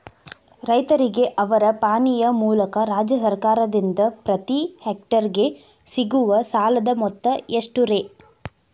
ರೈತರಿಗೆ ಅವರ ಪಾಣಿಯ ಮೂಲಕ ರಾಜ್ಯ ಸರ್ಕಾರದಿಂದ ಪ್ರತಿ ಹೆಕ್ಟರ್ ಗೆ ಸಿಗುವ ಸಾಲದ ಮೊತ್ತ ಎಷ್ಟು ರೇ?